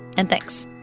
and thanks